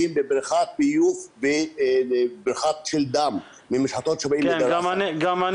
שנים לוחץ על שיפוץ של מג'ד אל כרום.